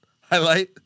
highlight